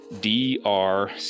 D-R